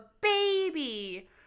baby